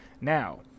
Now